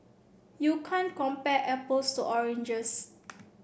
you can't compare apples to oranges